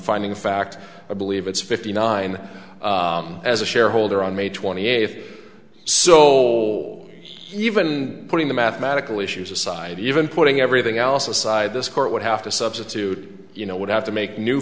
finding in fact i believe it's fifty nine as a shareholder on may twenty eighth so even putting the mathematical issues aside even putting everything else aside this court would have to substitute you know would have to make new